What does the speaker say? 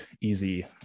easy